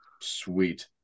Sweet